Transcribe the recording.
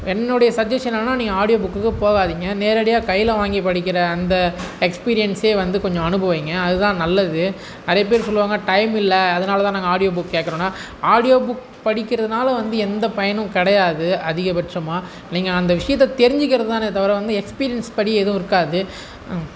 என்னுடைய சஜஷன் என்னென்னா நீங்கள் ஆடியோ புக்குக்கு போகாதீங்க நேரடியாக கையில் வாங்கி படிக்கிற அந்த எக்ஸ்பீரியன்ஸே வந்து கொஞ்சம் அனுபவியிங்க அது தான் நல்லது நிறைய பேர் சொல்லுவாங்க டைம் இல்லை அதனால தான் நாங்க ஆடியோ புக் கேட்குறோனா ஆடியோ புக் படிக்கிறதுனால் வந்து எந்த பயணும் கிடையாது அதிகப்பட்சமாக நீங்கள் அந்த விஷியத்தை தெரிஞ்சிக்கிறதுனால் தவிர வந்து எக்ஸ்பீரியன்ஸ் படி எதுவும் இருக்காது